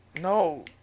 No